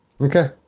Okay